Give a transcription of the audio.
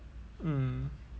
mm